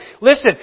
Listen